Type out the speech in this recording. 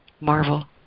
marvel